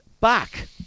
back